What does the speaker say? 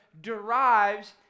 derives